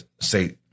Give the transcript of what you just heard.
say